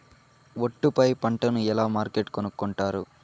ఒట్టు పై పంటను ఎలా మార్కెట్ కొనుక్కొంటారు?